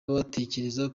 batekereza